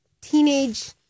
teenage